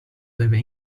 deve